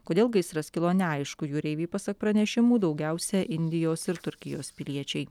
kodėl gaisras kilo neaišku jūreiviai pasak pranešimų daugiausia indijos ir turkijos piliečiai